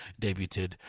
debuted